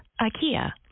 IKEA